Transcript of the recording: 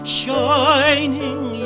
shining